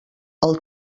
els